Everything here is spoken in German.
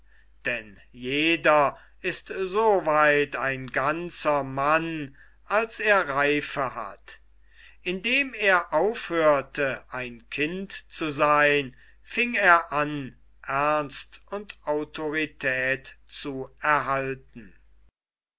denn jeder ist so weit ein ganzer mann als er reife hat indem er aufhörte ein kind zu seyn fieng er an ernst und autorität zu erhalten